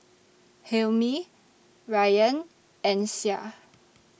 Hilmi Rayyan and Syah